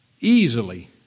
easily